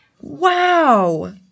Wow